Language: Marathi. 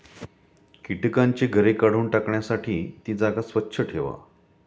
कीटकांची घरे काढून टाकण्यासाठी ती जागा स्वच्छ ठेवा